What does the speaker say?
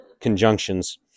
conjunctions